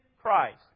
Christ